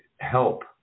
help